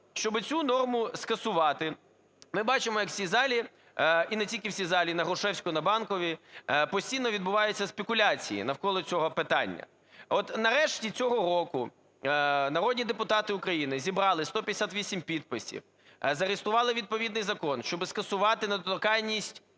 щоб цю норму скасувати, ми бачимо, як в цій залі – і не тільки в цій залі, і на Грушевського, і на Банковій – постійно відбуваються спекуляції навколо цього питання. От нарешті цього року народні депутати України зібрали 158 підписів, зареєстрували відповідний закон, щоб скасувати недоторканність